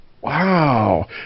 Wow